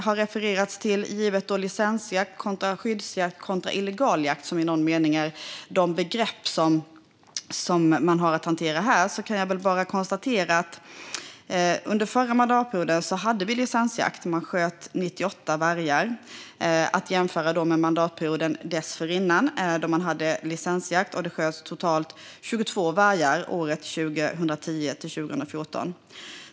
Vad gäller licensjakt kontra skyddsjakt kontra illegal jakt sköts det under förra mandatperiodens licensjakt 98 vargar. Under mandatperioden dessförinnan, 2010-2014, sköts det totalt 22 vargar genom licensjakt.